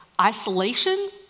isolation